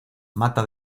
mata